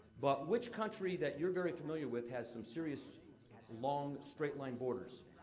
but which country that you're very familiar with has some serious long, straight-line borders?